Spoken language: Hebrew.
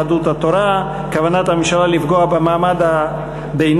יהדות התורה: כוונת הממשלה לפגוע במעמד הביניים,